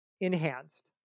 enhanced